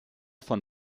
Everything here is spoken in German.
von